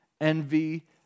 envy